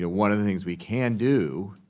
you know one of the things we can do,